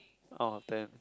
out of ten